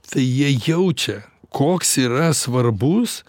tai jie jaučia koks yra svarbus